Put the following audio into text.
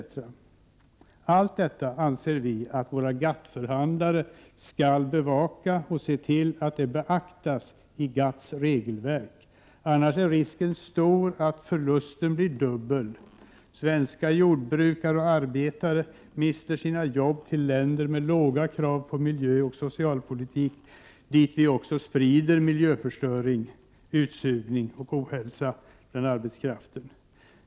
Allt detta anser vi att våra GATT-förhandlare skall bevaka och skall se till att det beaktas i GATT:s regelverk. Annars är risken stor att förlusten blir dubbel: svenska jordbrukare och arbetare mister sina jobb till länder med låga krav på miljöoch socialpolitik, dit vi sålunda sprider miljöförstöring, utsugning och ohälsa bland arbetskraften.